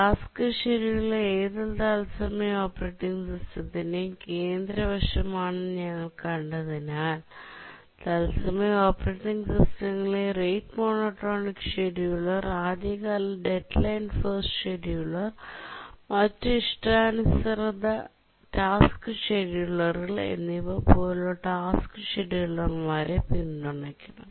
task scheduler ഏതൊരു തത്സമയ operating സിസ്റ്റത്തിന്റെയും കേന്ദ്ര വശമാണെന്ന് ഞങ്ങൾ കണ്ടതിനാൽ തൽസമയ ഓപ്പറേറ്റിംഗ് സിസ്റ്റങ്ങൾ റേറ്റ് മോണോടോണിക് ഷെഡ്യൂളർ ആദ്യകാല ഡെഡ്ലൈൻ ഫസ്റ്റ് ഷെഡ്യൂളർ മറ്റ് ഇഷ്ടാനുസൃത ടാസ്ക് ഷെഡ്യൂളറുകൾ എന്നിവ പോലുള്ള ടാസ്ക് ഷെഡ്യൂളർമാരെ പിന്തുണയ്ക്കണം